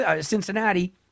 Cincinnati